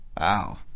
Wow